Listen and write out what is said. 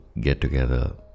get-together